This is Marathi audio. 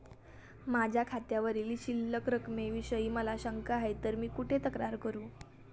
माझ्या खात्यावरील शिल्लक रकमेविषयी मला शंका आहे तर मी कुठे तक्रार करू?